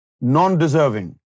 non-deserving